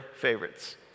favorites